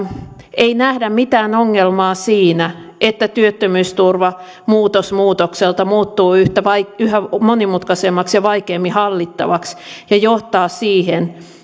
ei nähdä mitään ongelmaa siinä että työttömyysturva muutos muutokselta muuttuu yhä monimutkaisemmaksi ja vaikeammin hallittavaksi ja johtaa siihen